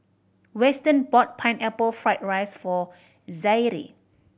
Weston bought Pineapple Fried rice for Zaire